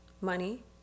Money